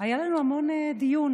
היו לנו המון דיונים